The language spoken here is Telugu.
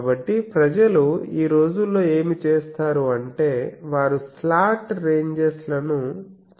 కాబట్టి ప్రజలు ఈ రోజుల్లో ఏమి చేస్తారు అంటే వారు స్లాంట్ రెంజెస్ లను చేస్తారు